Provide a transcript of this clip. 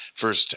first